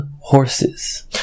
horses